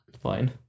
fine